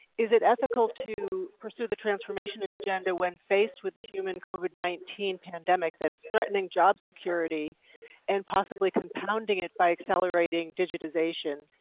is it ethical to pursue the transformation agenda when faced with the human covid nineteen pandemic that's threatening job security and possibly compounding it by accelerating digitization?